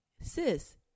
sis